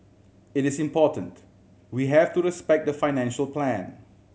it is important we have to respect the financial plan